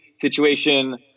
situation